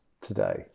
today